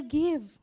give